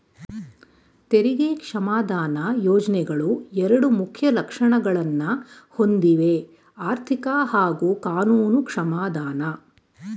ತೆರಿಗೆ ಕ್ಷಮಾದಾನ ಯೋಜ್ನೆಗಳು ಎರಡು ಮುಖ್ಯ ಲಕ್ಷಣಗಳನ್ನ ಹೊಂದಿವೆಆರ್ಥಿಕ ಹಾಗೂ ಕಾನೂನು ಕ್ಷಮಾದಾನ